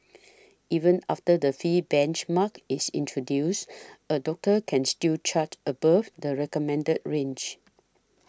even after the fee benchmark is introduced a doctor can still charge above the recommended range